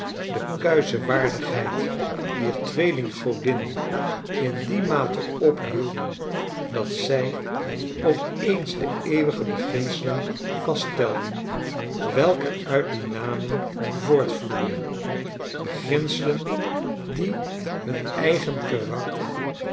de kuische waardigheid dier tweeling godinnen in die mate ophielden dat zij op eens de eeuwige beginselen vaststelden welke uit die namen voort vloeien beginselen die hun eigen karakter